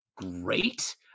Great